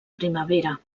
primavera